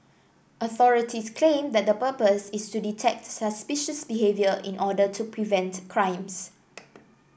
authorities claim that the purpose is to detect suspicious behaviour in order to prevent crimes